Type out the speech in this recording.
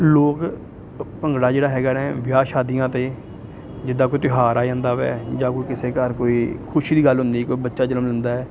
ਲੋਕ ਭੰਗੜਾ ਜਿਹੜਾ ਹੈਗਾ ਨਾ ਵਿਆਹ ਸ਼ਾਦੀਆਂ 'ਤੇ ਜਿੱਦਾਂ ਕੋਈ ਤਿਉਹਾਰ ਆ ਜਾਂਦਾ ਹੈ ਜਾਂ ਕੋਈ ਕਿਸੇ ਘਰ ਕੋਈ ਖੁਸ਼ੀ ਦੀ ਗੱਲ ਹੁੰਦੀ ਕੋਈ ਬੱਚਾ ਜਨਮ ਲੈਂਦਾ